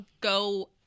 go –